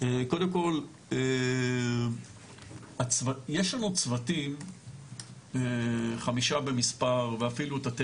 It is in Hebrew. קודם כל יש לנו צוותים חמישה במספר ואפילו תתי